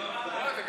נורא ואיום.